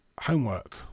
homework